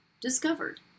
discovered